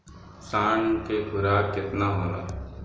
साँढ़ के खुराक केतना होला?